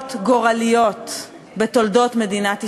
בחירות גורליות בתולדות מדינת ישראל.